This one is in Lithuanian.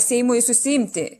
seimui susiimti